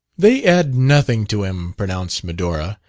they add nothing to him, pronounced medora,